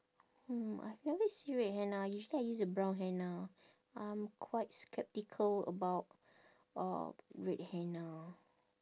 hmm I've never see red henna usually I use the brown henna I'm quite skeptical about uh red henna